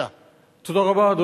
תודה רבה.